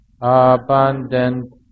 abundant